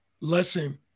lesson